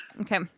Okay